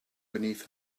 beneath